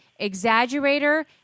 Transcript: exaggerator